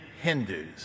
Hindus